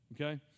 okay